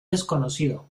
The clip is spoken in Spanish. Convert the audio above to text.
desconocido